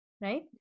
right